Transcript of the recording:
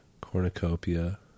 cornucopia